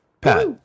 Pat